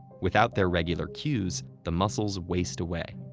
without their regular cues, the muscles waste away.